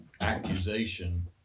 accusation